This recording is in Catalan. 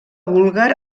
búlgar